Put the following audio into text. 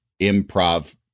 improv